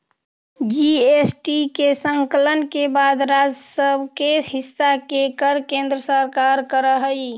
GST के संकलन के बाद राज्य सब के हिस्सा के कर केन्द्र सरकार कर हई